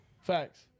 Facts